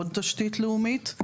עוד תשתית לאומית.